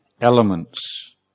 elements